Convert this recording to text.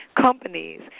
companies